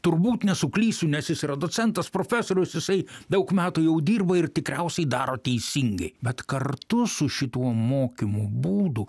turbūt nesuklysiu nes jis yra docentas profesorius jisai daug metų jau dirba ir tikriausiai daro teisingai bet kartu su šituo mokymų būdu